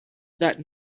that